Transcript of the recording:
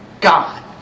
God